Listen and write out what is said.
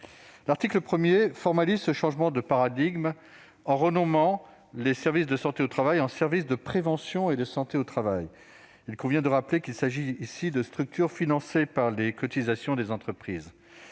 L'article 1 formalise ce changement de paradigme en renommant les services de santé au travail en services de prévention et de santé au travail ; il s'agit de structures financées par les cotisations des entreprises.